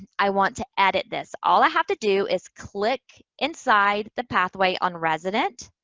i want to edit this. all i have to do is click inside the pathway on resident.